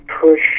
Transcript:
push